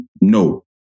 no